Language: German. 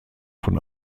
von